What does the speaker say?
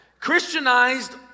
Christianized